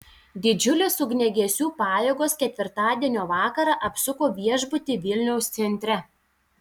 didžiulės ugniagesių pajėgos ketvirtadienio vakarą apsupo viešbutį vilniaus centre